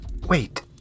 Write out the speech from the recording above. Wait